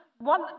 one